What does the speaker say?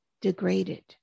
degraded